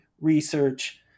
research